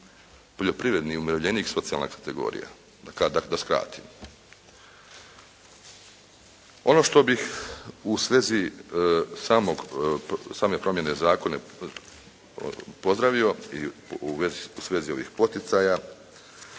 poljoprivredni umirovljenik socijalna kategorija da skratim. Ono što bih u svezi samog, same promjene zakona pozdravio i u svezi ovih poticaja